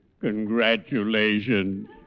Congratulations